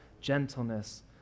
gentleness